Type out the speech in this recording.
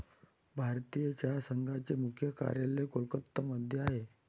भारतीय चहा संघाचे मुख्य कार्यालय कोलकत्ता मध्ये आहे